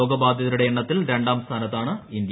രോഗബാധിതരുടെ എണ്ണത്തിൽ രണ്ടാം സ്ഥാനത്താണ് ഇന്ത്യ